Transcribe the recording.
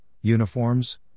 uniforms